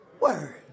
word